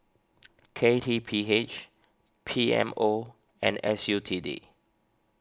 K T P H P M O and S U T D